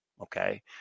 Okay